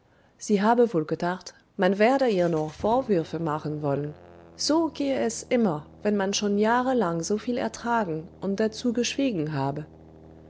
sie habe wohl gedacht man werde ihr noch vorwürfe machen wollen so gehe es immer wenn man schon jahrelang so viel ertragen und dazu geschwiegen habe